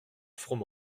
froment